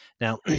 Now